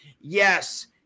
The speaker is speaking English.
Yes